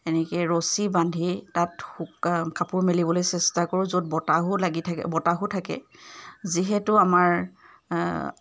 এনেকৈ ৰছী বান্ধি তাত শুকা কাপোৰ মেলিবলৈ চেষ্টা কৰোঁ য'ত বতাহো লাগি থাকে বতাহো থাকে যিহেতু আমাৰ